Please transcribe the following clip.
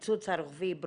הקיצוץ הרוחבי היא ברורה.